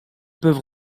peuvent